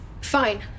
Fine